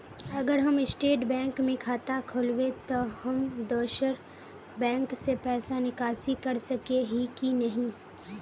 अगर हम state bank में खाता खोलबे तो हम दोसर बैंक से पैसा निकासी कर सके ही की नहीं?